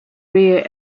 rear